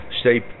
State